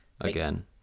again